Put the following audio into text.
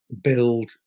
build